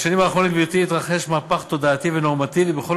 בשנים האחרונות התרחש מהפך תודעתי ונורמטיבי בכל